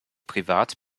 privat